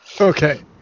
Okay